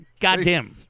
goddamn